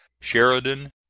sheridan